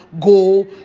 go